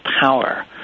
power